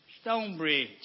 Stonebridge